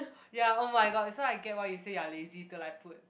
ya oh-my-god so I get what you say you are lazy to like put